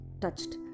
touched